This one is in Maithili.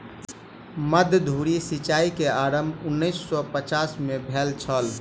मध्य धुरी सिचाई के आरम्भ उन्नैस सौ पचास में भेल छल